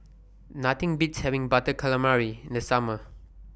Nothing Beats having Butter Calamari in The Summer